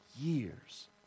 years